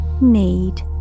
need